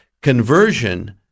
conversion